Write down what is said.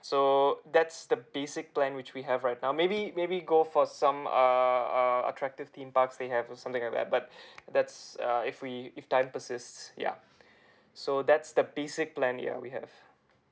so that's the basic plan which we have right now maybe maybe go for some uh uh attractive theme parks they have or something like that but that's err if we if time persists yeah so that's the basic plan ya we have